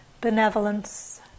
benevolence